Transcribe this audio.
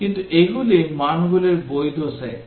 কিন্তু এগুলি মানগুলির বৈধ সেট